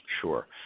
Sure